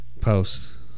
Post